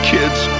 Kids